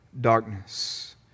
darkness